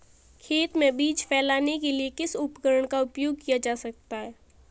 खेत में बीज फैलाने के लिए किस उपकरण का उपयोग किया जा सकता है?